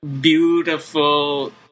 beautiful